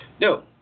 No